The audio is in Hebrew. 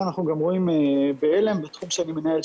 אנחנו גם רואים בעלם בתחום שאני מנהל,